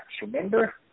Remember